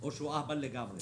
או שהוא אהבל לגמרי,